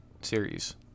series